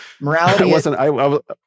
Morality